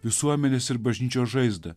visuomenės ir bažnyčios žaizdą